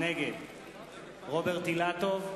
נגד רוברט אילטוב,